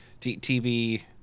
TV